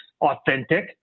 authentic